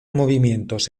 movimientos